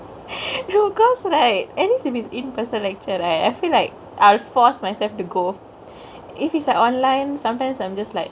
no cause right at least if it's in-person lecture right I feel like I'll force myself to go if it's a online sometimes I'm just like